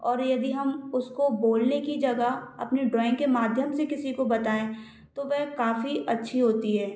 और यदि हम उसको बोलने की जगह अपने ड्राॅइंग के माध्यम से किसी को बताएँ तो वह काफ़ी अच्छी होती है